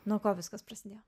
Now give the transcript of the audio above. nuo ko viskas prasidėjo